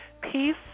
Peace